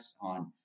on